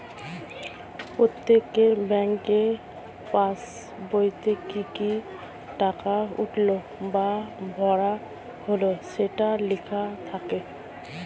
প্রত্যেকের ব্যাংকের পাসবইতে কি কি টাকা উঠলো বা ভরা হলো সেটা লেখা থাকে